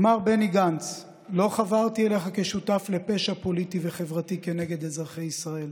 אמר בני גנץ: לא חברתי אליך כשותף לפשע פוליטי וחברתי כנגד אזרחי ישראל.